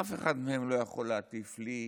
אף אחד מהם לא יכול להטיף לי,